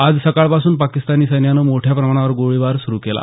आज सकाळपासून पाकिस्तानी सैन्यानं मोठ्या प्रमाणावर गोळीबार सुरू केला